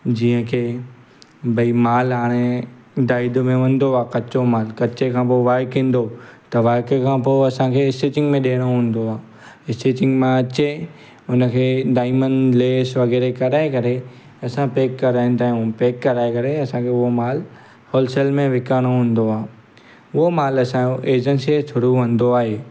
जीअं की भई माल हाणे डाइड में वेंदो आहे कचो माल कचे खां पोइ वक ईंदो त वर्क खां पोइ असांखे स्टिचिंग में ॾियणो हूंदो आहे स्टिचिंग मां अचे हुन खे डायमंड लेस वग़ैरह कराए करे असां पैक कराईंदा आहियूं पैक कराए करे असांखे उहो माल होलसेल में विकामिणो हूंदो आहे उहो माल असांजो एजंसी जे थ्रू वेंदो आहे